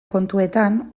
kontuetan